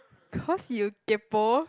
cause you kaypoh